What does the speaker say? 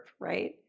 right